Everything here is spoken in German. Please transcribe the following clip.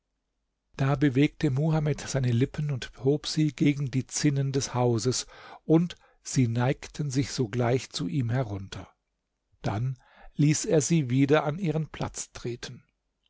da bewegte muhamed seine lippen und hob sie gegen die zinnen des hauses und sie neigten sich sogleich zu ihm herunter dann ließ er sie wieder an ihren platz treten